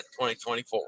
2024